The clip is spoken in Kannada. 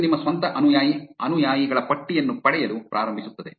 ಇದು ನಿಮ್ಮ ಸ್ವಂತ ಅನುಯಾಯಿ ಅನುಯಾಯಿಗಳ ಪಟ್ಟಿಯನ್ನು ಪಡೆಯಲು ಪ್ರಾರಂಭಿಸುತ್ತದೆ